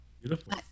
Beautiful